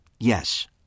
Yes